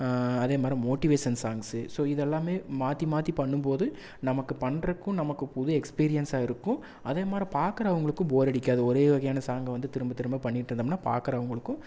அதேமாதிரி motivation songs so இதெல்லாமே மாற்றி மாற்றி பண்ணும்போது நமக்கு பண்றதுக்கும் நமக்கு புது எக்ஸ்பீரியன்ஸாக இருக்கும் அதேமாதிரி பார்க்கறவங்களுக்கும் போர் அடிக்காது ஒரே வகையான சாங்கை வந்து திரும்பத் திரும்ப பண்ணிகிட்டு இருந்தோம்னால் பார்க்கறவங்களுக்கும்